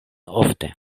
ofte